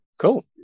Cool